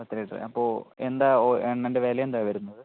പത്ത് ലിറ്ററ് അപ്പോൾ എന്താ ഓ എണ്ണേൻ്റെ വില എന്താ വരുന്നത്